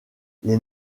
les